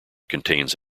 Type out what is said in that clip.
contains